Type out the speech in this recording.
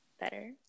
better